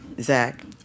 Zach